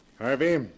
Harvey